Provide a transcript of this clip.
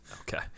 Okay